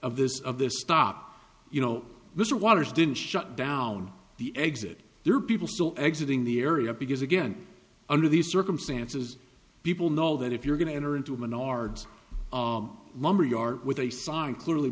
of this of this stop you know mr waters didn't shut down the exit there are people still exiting the area because again under these circumstances people know that if you're going to enter into a menorah lumber yard with a sign clearly